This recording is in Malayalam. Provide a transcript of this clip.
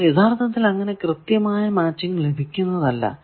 എന്നാൽ യഥാർത്ഥത്തിൽ അങ്ങനെ കൃത്യമായ മാച്ചിങ് ലഭിക്കുന്നതല്ല